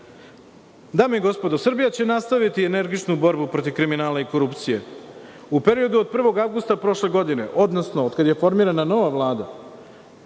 narodni poslanici, Srbija će nastaviti energičnu borbu protiv kriminala i korupcije. U periodu od 1. avgusta prošle godine, odnosno kada je formirana nova Vlada